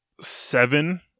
Seven